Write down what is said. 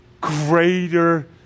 greater